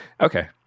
Okay